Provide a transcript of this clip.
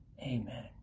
Amen